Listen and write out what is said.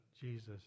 Jesus